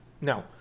No